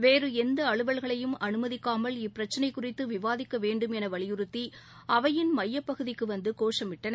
வேறு எந்த அலுவல்களையும் அனுமதிக்காமல் இப்பிரச்சனை குறித்து விவாதிக்க வேண்டும் என வலியுறுத்தி அவையின் மையப் பகுதிக்கு வந்து கோஷமிட்டனர்